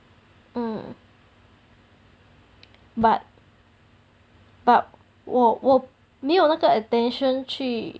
mm but but 我我没有那个 attention 去